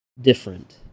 different